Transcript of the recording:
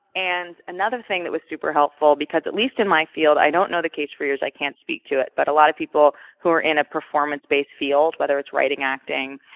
and another thing that was super helpful, because at least in my field i don't know the case for yours i can't speak to it but a lot of people who are in a performance based field, whether it's writing, acting,